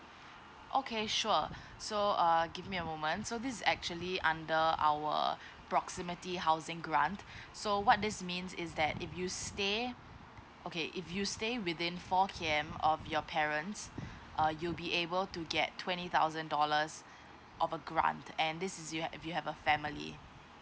okay sure so err give me a moment so this is actually under our proximity housing grant so what this means is that if you stay okay if you stay within four K_M of your parents uh you'll be able to get twenty thousand dollars of a grant and this is you have you have a family